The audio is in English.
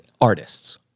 artists